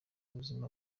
ubuzima